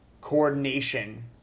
coordination